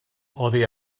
oddi